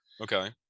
okay